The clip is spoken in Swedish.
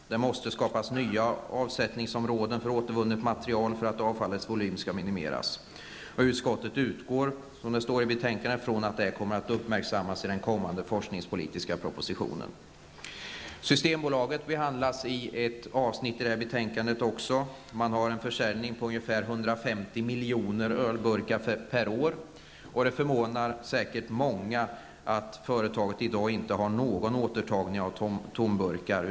Det måste skapas nya avsättningsområden för återvunnet material för att avfallets volym skall kunna minimeras. Utskottet utgår, som det står i betänkandet, från att detta kommer att uppmärksammas i den kommande forskningspolitiska propositionen. Även Systembolagets roll behandlas i ett avsnitt i betänkandet. Man har en försäljning på ca 150 miljoner ölburkar per år. Det förvånar säkerligen många att detta företag i dag inte har någon återtagning av tomburkar.